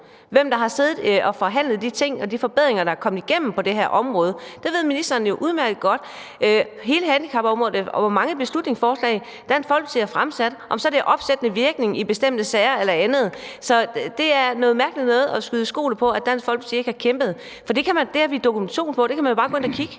hvem der har siddet og forhandlet de ting og de forbedringer, der er kommet igennem på det her område – det ved ministeren jo udmærket godt. Og ministeren ved jo godt, hvor mange beslutningsforslag Dansk Folkeparti har fremsat – om der så er tale om opsættende virkning i bestemte sager eller andet. Så det er noget mærkeligt noget at skyde Dansk Folkeparti i skoene, altså at vi ikke har kæmpet, for det har vi dokumentation for. Det kan man jo bare gå ind og se.